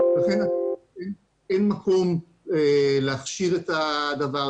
לכן אין מקום להכשיר את הדבר,